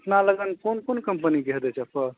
अपना लग कोन कोन कम्पनी के हेतयै चप्पल